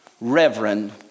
reverend